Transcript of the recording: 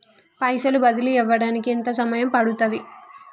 పైసలు బదిలీ అవడానికి ఎంత సమయం పడుతది?